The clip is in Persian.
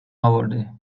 اورده